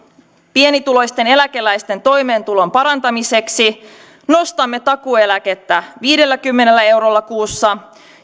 pienituloisten eläkeläisten toimeentulon parantamiseksi nostamme takuueläkettä viidelläkymmenellä eurolla kuussa